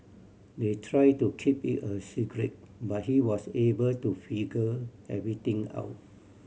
they tried to keep it a secret but he was able to figure everything out